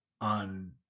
on